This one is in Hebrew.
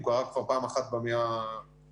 הוא קרה כבר פעם אחת במאה הנוכחית,